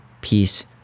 peace